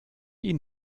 ihn